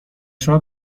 شما